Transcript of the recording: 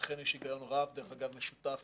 ולכן יש היגיון רב ומשותף